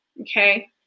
Okay